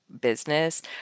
business